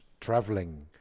traveling